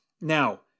Now